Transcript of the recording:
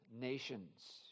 nations